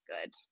good